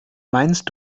meinst